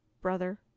brother